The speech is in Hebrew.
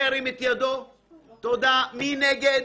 מי נגד?